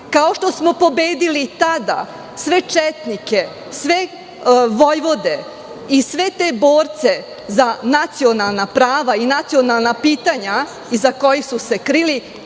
kao što smo pobedili tada sve četnike i sve vojvode i sve borce za nacionalna prava i nacionalna pitanja iza kojih su se krili,